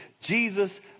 Jesus